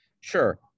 Sure